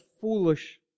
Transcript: foolish